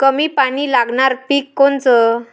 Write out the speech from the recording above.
कमी पानी लागनारं पिक कोनचं?